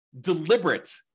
deliberate